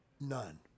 None